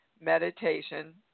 meditation